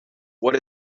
what